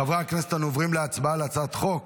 חברי הכנסת, אנו עוברים להצבעה על הצעת חוק